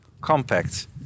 compact